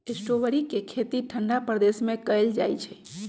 strawberry के खेती ठंडा प्रदेश में कएल जाइ छइ